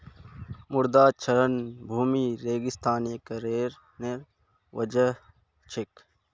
मृदा क्षरण भूमि रेगिस्तानीकरनेर वजह छेक